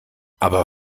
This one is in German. aber